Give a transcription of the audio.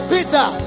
Peter